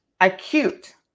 acute